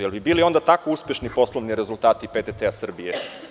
Da li bi onda bili tako uspešni poslovni rezultati PTT Srbije?